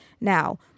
Now